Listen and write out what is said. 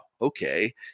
okay